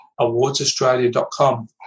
awardsaustralia.com